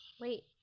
Wait